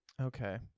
okay